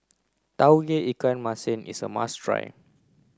Tauge Ikan Masin is a must try